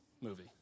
movie